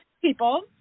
people